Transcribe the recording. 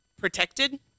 protected